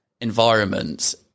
environments